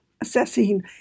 assessing